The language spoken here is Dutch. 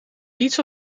eats